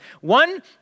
One